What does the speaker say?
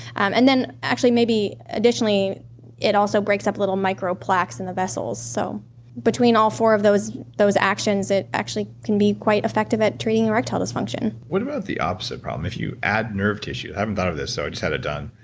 and then, actually maybe additionally it also breaks up little micro plaques in the vessels. so between all four of those those actions, it actually can be quite effective at treating erectile dysfunction what about the opposite problem. if you add nerve tissue. i haven't thought of this, so i just had it done,